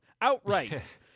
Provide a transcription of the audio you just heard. outright